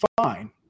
fine